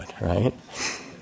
right